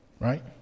Right